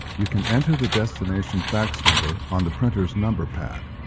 you can enter the destination fax number on the printer's number pad.